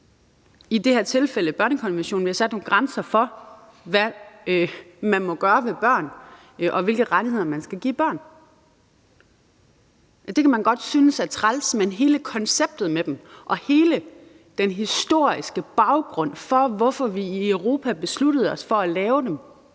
har vi sat nogle grænser for, hvad man må gøre ved børn, og hvilke rettigheder man skal give børn. Det kan man godt synes er træls, men hele konceptet i dem og hele den historiske baggrund for, hvorfor vi i Europa besluttede os for at lave dem,